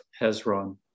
Hezron